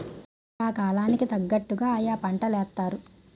yeah కాలం కి తగ్గట్టుగా ఆయా పంటలేత్తారు